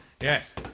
Yes